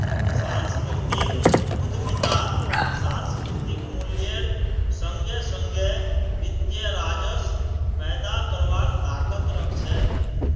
सांस्कृतिक उद्यमितात सांस्कृतिक मूल्येर संगे संगे वित्तीय राजस्व पैदा करवार ताकत रख छे